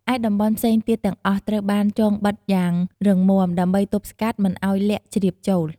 ឯតំបន់ផ្សេងទៀតទាំងអស់ ត្រូវបានចងបិទយ៉ាងរឹងមាំ ដើម្បីទប់ស្កាត់មិនឱ្យល័ក្តជ្រាបចូល។